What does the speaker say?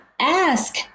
ask